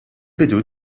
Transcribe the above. bidu